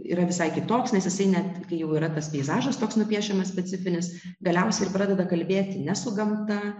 yra visai kitoks nes jisai net kai jau yra tas peizažas toks nupiešiamas specifinis galiausiai pradeda kalbėti ne su gamta